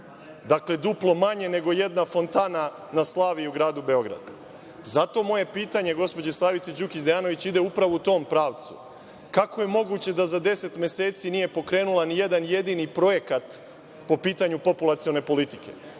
duplo manje nego jedna fontana na Slaviji u gradu Beogradu. Zato moje pitanje gospođi Slavici Đukić Dejanović ide upravo u tom pravcu – kako je moguće da za 10 meseci nije pokrenula nijedan jedini projekat po pitanju populacione politike,